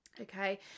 Okay